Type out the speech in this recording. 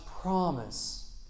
promise